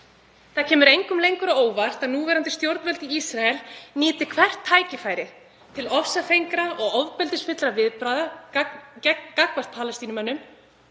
Það kemur engum lengur á óvart að núverandi stjórnvöld í Ísrael nýti hvert tækifæri til ofsafenginna og ofbeldisfullra viðbragða gagnvart Palestínumönnum